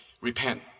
repent